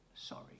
sorry